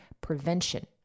prevention